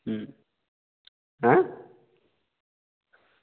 ऐं